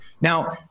Now